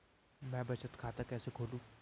मैं बचत खाता कैसे खोलूँ?